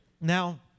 Now